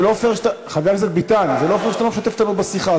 זה לא פייר שאתה לא משתף אותנו בשיחה.